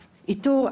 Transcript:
איתור,